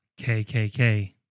KKK